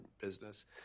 business